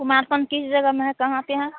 कुमारखण्ड किस जगह में है कहाँ पर हैं